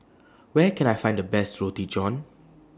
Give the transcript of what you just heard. Where Can I Find The Best Roti John